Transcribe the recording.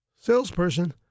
salesperson